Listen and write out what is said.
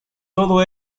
todo